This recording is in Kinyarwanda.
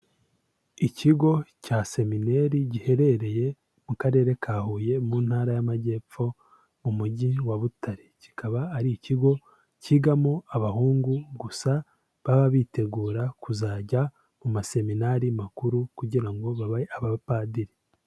Ikigo cya seminaire giherereye mu karere ka Huye mu ntara y'amajyepfo mu mujyi wa Butare, kikaba ari ikigo kigamo abahungu gusa baba bitegura kuzajya mu maseminari makuru kugira ngo babe abapadiri.